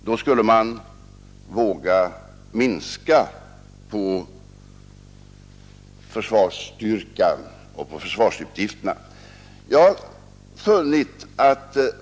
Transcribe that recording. Då skulle man våga minska försvarsstyrkan och försvarsutgifterna.